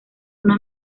una